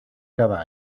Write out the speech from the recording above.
cada